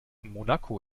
monaco